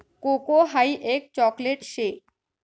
cocoa हाई एक chocolate शे